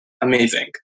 amazing